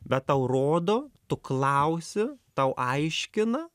bet tau rodo tu klausi tau aiškina